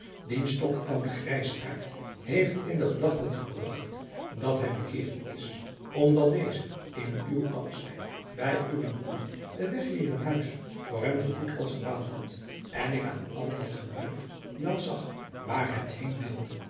van hillegonda buisman buitenhagen dien stokouden grijsaard heeft in de gedachten gebragt dat hij bekeerd is omdat deze in uw afzijn bij uwe moeder den weg hier in huis voor hem zoo goed als gebaand had en ik aan al dat gewuif wel zag waar het heen wilde